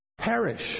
perish